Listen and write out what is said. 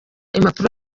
impapuro